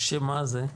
שמה זה?